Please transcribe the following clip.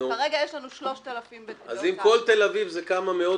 כרגע יש לנו 3,000. אז אם כל תל אביב זה כמה מאות.